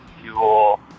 fuel